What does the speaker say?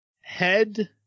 head